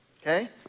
okay